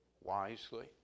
wisely